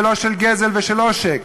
ולא של גזל ושל עושק.